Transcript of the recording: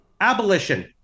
abolition